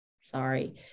Sorry